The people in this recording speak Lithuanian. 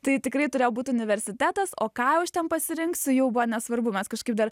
tai tikrai turėjo būt universitetas o ką jau aš ten pasirinksiu jau buvo nesvarbu mes kažkaip dar